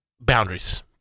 boundaries